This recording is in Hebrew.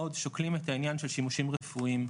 מאוד שוקלים את העניין של שימושים רפואיים,